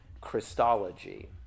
Christology